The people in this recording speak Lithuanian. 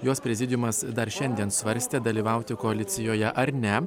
jos prezidiumas dar šiandien svarstė dalyvauti koalicijoje ar ne